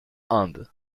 inde